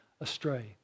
astray